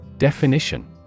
Definition